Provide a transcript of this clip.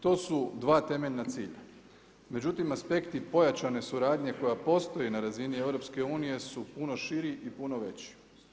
To su dva temeljna cilja, međutim aspekti pojačanje suradnje koja postoji na razini EU-a su puno širi i puno veći.